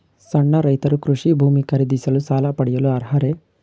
ಸಣ್ಣ ರೈತರು ಕೃಷಿ ಭೂಮಿ ಖರೀದಿಸಲು ಸಾಲ ಪಡೆಯಲು ಅರ್ಹರೇ?